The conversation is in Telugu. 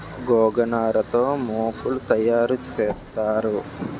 గోగనార తో మోకులు తయారు సేత్తారు